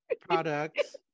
products